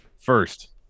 First